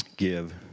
Give